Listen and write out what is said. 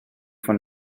von